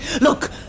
Look